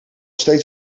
steeds